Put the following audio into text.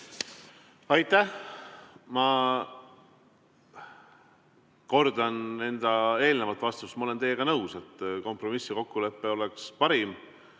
Aitäh! Ma kordan enda eelnevat vastust. Ma olen teiega nõus, et kompromiss ja kokkulepe oleks parim.